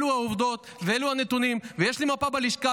אלו העובדות ואלו הנתונים, ויש לי מפה בלשכה.